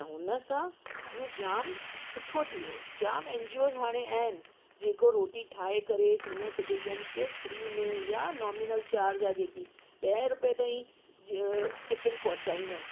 त हुन सां इहो जाम सुठो थी वियो जाम एन जी ओस हाणे आहिनि जेको रोटी ठाहे करे सीनिअर सिटीज़न्स खे फ्री में या नोमिनल चार्ज आहे जेकी ॾहें रुपए ताईं टिफ़िन पहुचाईंदा आहिनि